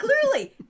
clearly